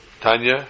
Tanya